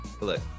look